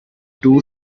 too